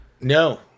No